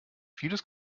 vieles